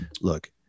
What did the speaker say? Look